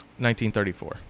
1934